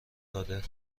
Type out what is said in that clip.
داده